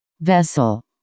Vessel